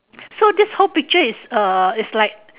so this whole picture is uh is like